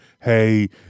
Hey